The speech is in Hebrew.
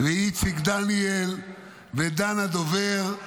-- איציק דניאל, דן הדובר,